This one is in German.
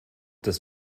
das